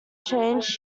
changed